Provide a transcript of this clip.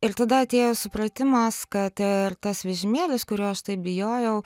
ir tada atėjo supratimas kad ir tas vežimėlis kurio aš taip bijojau